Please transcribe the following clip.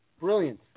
Brilliant